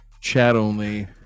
chat-only